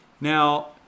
Now